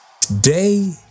Today